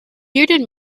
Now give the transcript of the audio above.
bearded